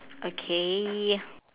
okay